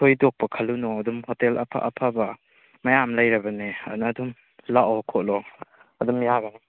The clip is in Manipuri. ꯊꯣꯏꯗꯣꯛꯄ ꯈꯜꯂꯨꯅꯨ ꯑꯗꯨꯝ ꯍꯣꯇꯦꯜ ꯑꯐ ꯑꯐꯕ ꯃꯌꯥꯝ ꯂꯩꯔꯕꯅꯦ ꯑꯗꯨꯅ ꯑꯗꯨꯝ ꯂꯥꯛꯑꯣ ꯈꯣꯠꯂꯣ ꯑꯗꯨꯝ ꯌꯥꯒꯅꯤ